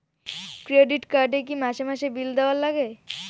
Credit card এ কি মাসে মাসে বিল দেওয়ার লাগে?